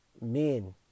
men